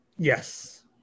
Yes